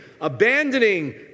abandoning